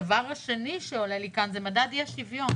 הדבר השני שעולה לי כאן הוא מדד אי-השוויון.